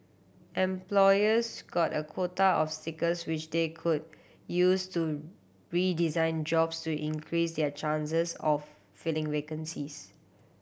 employers got a quota of stickers which they could use to redesign jobs to increase their chances of filling vacancies